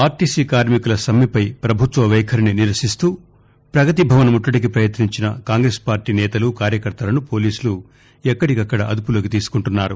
RTC కార్మికుల సమ్మెపై పభుత్వ వైఖరిని నిరసిస్తూ ప్రగతి భవన్ ముట్టిడికి ప్రపయత్నించిన కాంగ్రెస్ పార్టీ నేతలు కార్యకర్తలను పోలీసులు ఎక్కడికక్కడ అదుపులోకి తీసుకుంటున్నారు